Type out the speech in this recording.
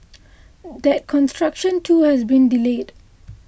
that construction too has been delayed